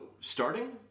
starting